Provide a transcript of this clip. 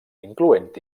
incloent